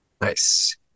Nice